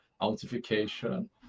authentication